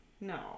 no